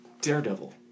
Daredevil